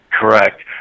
correct